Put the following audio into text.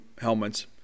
helmets